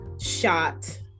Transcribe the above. shot